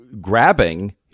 grabbing